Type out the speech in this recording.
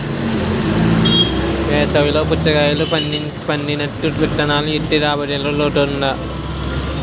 వేసవి లో పుచ్చకాయలు పండినట్టు విత్తనాలు ఏత్తె రాబడికి లోటుండదు